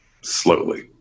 slowly